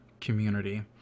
community